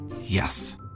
Yes